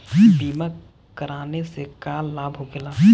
बीमा कराने से का लाभ होखेला?